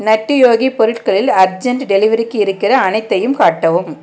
நட்டி யோகி பொருட்களில் அர்ஜெண்ட் டெலிவரிக்கு இருக்கிற அனைத்தையும் காட்டவும்